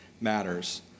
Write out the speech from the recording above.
matters